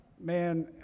man